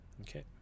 Okay